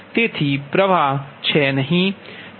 તેથી પ્ર્વ્વાહ નથી